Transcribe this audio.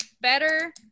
Better